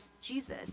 Jesus